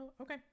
okay